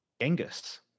Genghis